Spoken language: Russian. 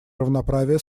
равноправия